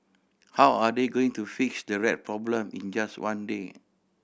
how are they going to fix the rat problem in just one day